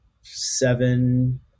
seven